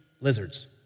lizards